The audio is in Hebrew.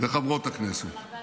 וחברות הכנסת,